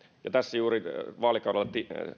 ja tässä juuri viime vaalikaudella